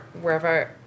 wherever